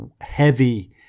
heavy